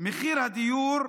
מחיר הדיור,